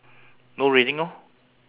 no raining lor